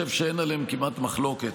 אגב, אני גם חושב שאין עליהם כמעט מחלוקת